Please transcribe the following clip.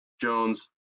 Jones